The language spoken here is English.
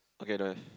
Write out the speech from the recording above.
okay don't have